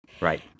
Right